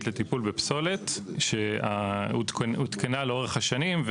לטיפול בפסולת שהותקנה לאורך השנים,